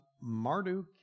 Marduk